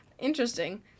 Interesting